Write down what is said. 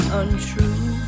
untrue